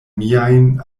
miajn